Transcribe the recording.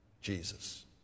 Jesus